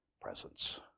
presence